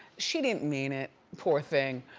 she didn't mean it, poor thing.